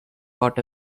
caught